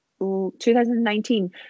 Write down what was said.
2019